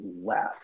less